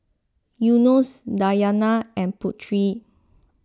Yunos Dayana and Putri